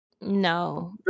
No